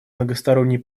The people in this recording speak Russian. многосторонний